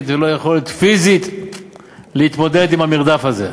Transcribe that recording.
ולא יכולת פיזית להתמודד עם המרדף הזה.